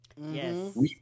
Yes